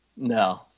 No